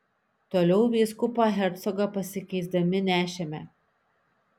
toliau vyskupą hercogą pasikeisdami nešėme